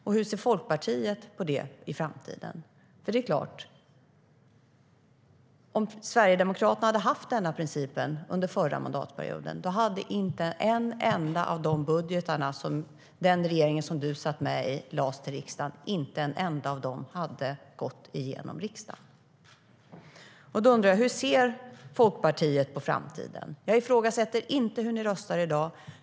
Det är klart att om Sverigedemokraterna hade haft den här principen under den förra mandatperioden hade inte en enda av de budgetar gått igenom som den regering Erik Ullenhag satt med i lade fram till riksdagen. Jag undrar hur Folkpartiet ser på framtiden. Jag ifrågasätter inte hur ni röstar i dag.